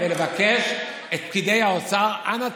ולבקש את פקידי האוצר: אנא,